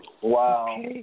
Wow